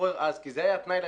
ככל שלאדוני יש בעיה,